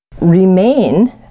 remain